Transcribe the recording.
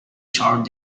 short